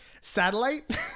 satellite